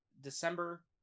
December